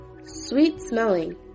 sweet-smelling